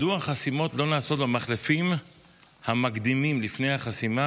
2. מדוע החסימות לא נעשות במחלפים המקדימים לפני החסימה